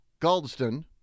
Goldston